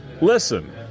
listen